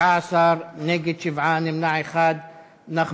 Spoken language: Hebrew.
ההצעה להעביר את הצעת חוק שחרור על-תנאי ממאסר (תיקון,